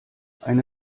eine